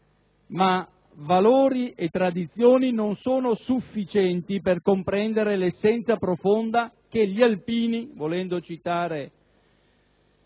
Ma valori e tradizioni non sono sufficienti per comprendere l'essenza profonda dei valori che gli alpini, volendo citare